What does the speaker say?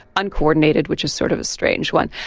uncoordinated which is sort of a strange one,